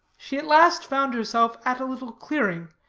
she at last found herself at a little clearing,